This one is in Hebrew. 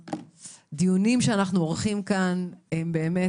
הדיונים שאנחנו עורכים כאן הם באמת,